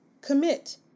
Commit